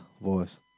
voice